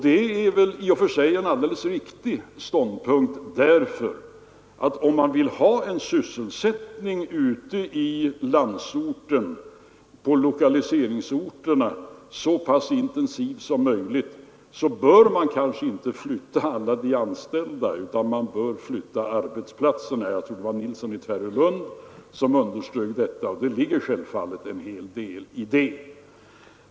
Detta är väl en alldeles riktig ståndpunkt, om man vill ha en så pass intensiv sysselsättning som möjligt på lokaliseringsorterna ute i landsorten. Man bör då kanske inte flytta alla de anställda utan arbetsplatserna som sådana. Det var herr Nilsson i Tvärålund som sade detta, och det ligger självfallet en hel del i det.